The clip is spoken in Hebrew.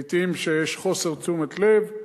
לעתים כשיש חוסר תשומת לב,